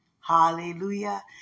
Hallelujah